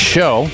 Show